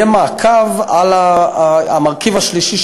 יהיה מעקב על המרכיב השלישי,